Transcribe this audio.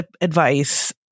advice